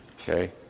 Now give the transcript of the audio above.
okay